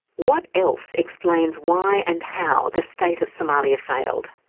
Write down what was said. what else explains why and how the state of somalia failed?